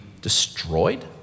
Destroyed